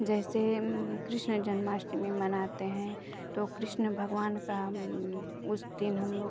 जैसे कृष्ण जन्माष्टमी मनाते हैं तो कृष्ण भगवान का उस दिन हम लोग